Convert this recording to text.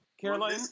Caroline